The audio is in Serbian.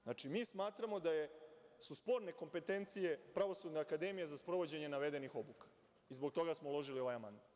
Znači, mi smatramo da su sporne kompetencije Pravosudne akademije za sprovođenje navedenih obuka i zbog toga smo uložili ovaj amandman.